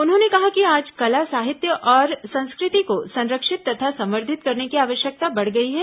उन्होंने कहा कि आज कला साहित्य और संस्कृति को संरक्षित तथा संवर्धित करने की आवश्यकता बढ़ गई है